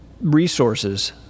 resources